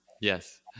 Yes